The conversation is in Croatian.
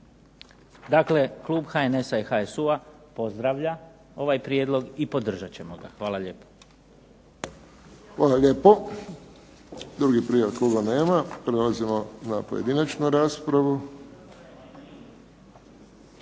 Dakle, klub HNS-a i HSU-a pozdravlja ovaj prijedlog i podržat ćemo ga. Hvala lijepo. **Friščić, Josip (HSS)** Hvala lijepo. Drugih prijava kluba nema. Prelazimo na pojedinačnu raspravu.